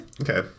Okay